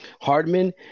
Hardman